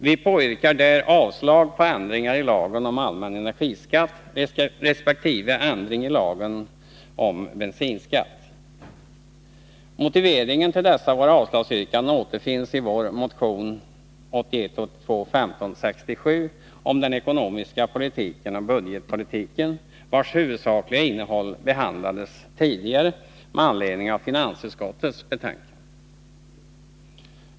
Vi påyrkar där avslag på ändringar i lagen om allmän energiskatt resp. ändring i lagen om bensinskatt. Motiveringen till dessa våra avslagsyrkanden återfinns i vår motion 1981/82:1567 om den ekonomiska politiken och budgetpolitiken, vars huvudsakliga innehåll behandlats tidigare med anledning av finansutskottets betänkande.